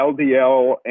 LDL